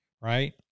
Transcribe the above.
Right